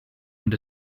und